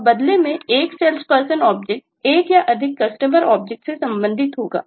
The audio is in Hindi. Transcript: और बदले में एक SalesPerson ऑब्जेक्ट एक या अधिक Customer ऑब्जेक्ट्स से संबंधित होगा